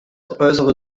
äußere